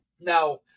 Now